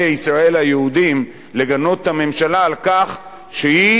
ישראל היהודים לגנות את הממשלה על כך שהיא